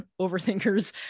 overthinkers